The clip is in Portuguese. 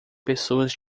pessoas